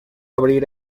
abrir